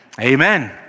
Amen